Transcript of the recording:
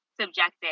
subjective